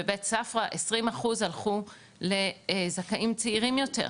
בבית ספרא 20 אחוז הלכו לזכאים צעירים יותר,